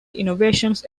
innovations